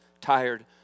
tired